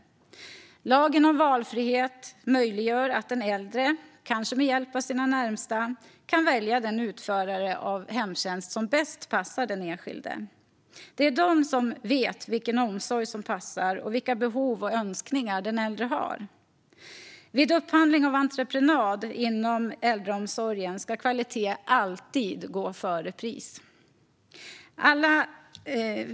Lagen om valfrihet möjliggör för den äldre, kanske med hjälp av sina närmaste, att välja den utförare av hemtjänst som passar bäst. Det är de som vet vilken omsorg som passar och vilka behov och önskningar den äldre har. Vid upphandling av entreprenad inom äldreomsorgen ska kvalitet alltid gå före pris.